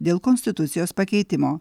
dėl konstitucijos pakeitimo